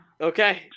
Okay